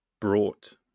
brought